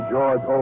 George